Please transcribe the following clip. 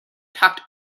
tucked